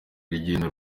urugendo